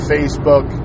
Facebook